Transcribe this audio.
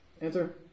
Answer